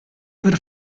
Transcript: per